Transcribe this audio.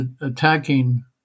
attacking